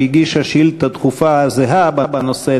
שהגישה שאילתה דחופה זהה בנושא,